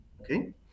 Okay